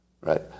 Right